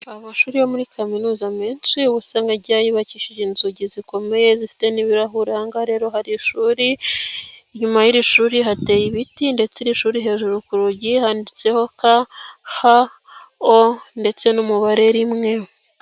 Amashuri yo muri kaminuza menshi ubusangajya yubakishije inzugi zikomeye zifite n'ibirahuri, ahanga rero hari ishuri nyuma y'iri shuri hateye ibiti ndetse' iri shuri hejuru ku rugi handitseho c,a,h,o, ndetse n'umubare rimwe.